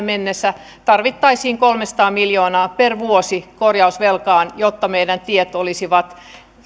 mennessä tarvittaisiin kolmesataa miljoonaa per vuosi korjausvelkaan jotta meidän tiet olisivat